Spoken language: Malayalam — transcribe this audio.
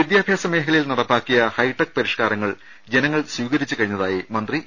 വിദ്യാഭ്യാസ മേഖലയിൽ നടപ്പാക്കിയ ഹൈടെക് പരിഷ്കാരങ്ങൾ ജന ങ്ങൾ സ്വീകരിച്ചു കഴിഞ്ഞതായി മന്ത്രി ഇ